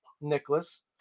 Nicholas